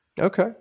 Okay